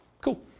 Cool